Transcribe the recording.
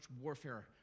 warfare